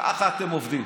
כך אתם עובדים.